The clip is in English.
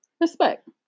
Respect